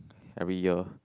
every year